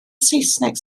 saesneg